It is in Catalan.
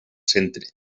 centre